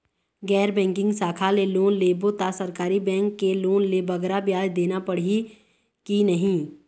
गैर बैंकिंग शाखा ले लोन लेबो ता सरकारी बैंक के लोन ले बगरा ब्याज देना पड़ही ही कि नहीं?